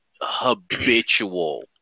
habitual